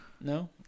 no